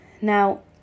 Now